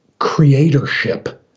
creatorship